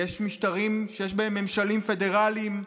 יש משטרים שיש בהם ממשלים פדרליים,